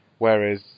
Whereas